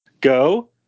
go